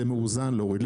זה מאוזן להוריד,